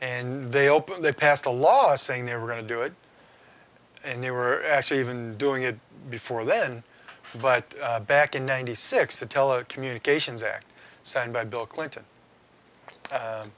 and they opened they passed a law saying they were going to do it and they were actually even doing it before then but back in ninety six the telecommunications act signed by bill clinton